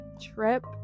trip